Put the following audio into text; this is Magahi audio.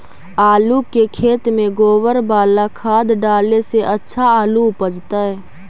आलु के खेत में गोबर बाला खाद डाले से अच्छा आलु उपजतै?